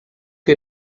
que